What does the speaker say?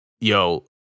yo